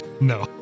No